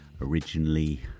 originally